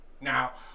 now